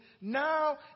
now